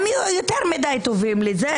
הם יותר מדי טובים לזה,